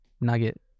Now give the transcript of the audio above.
nugget